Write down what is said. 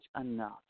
enough